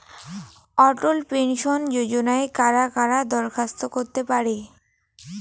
অটল pension যোজনায় কারা কারা দরখাস্ত করতে পারে?